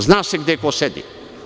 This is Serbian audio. Zna se gde ko sedi.